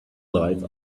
life